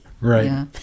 Right